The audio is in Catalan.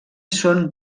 són